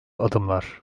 adımlar